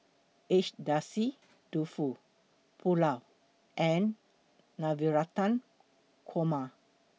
Agedashi Dofu Pulao and Navratan Korma